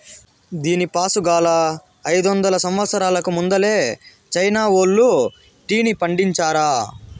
దీనిపాసుగాలా, అయిదొందల సంవత్సరాలకు ముందలే చైనా వోల్లు టీని పండించారా